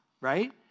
right